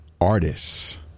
artists